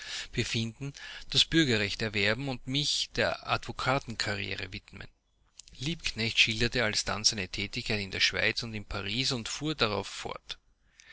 stellungen befinden das bürgerrecht erwerben und mich der advokatenkarriere widmen liebknecht schilderte alsdann seine tätigkeit in der schweiz und in paris und fuhr darauf fort